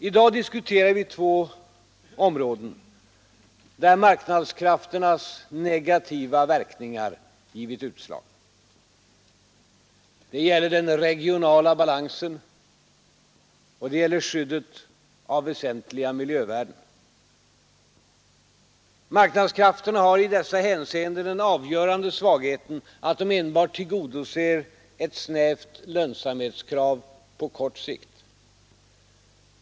I dag diskuterar vi två områden där marknadskrafternas negativa verkningar givit utslag. Det gäller den regionala balansen och skyddet av väsentliga miljövärden. Marknadskrafterna har i dessa hänseenden den avgörande svagheten att de enbart tillgodoser ett snävt lönsamhetskrav på kort sikt.